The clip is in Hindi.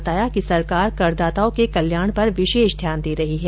बताया कि सरकार करदाताओं के कल्याण पर विशेष ध्यान दे रही हैं